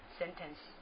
sentence